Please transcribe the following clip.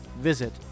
Visit